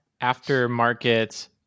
aftermarket